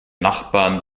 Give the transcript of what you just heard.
nachbarn